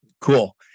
Cool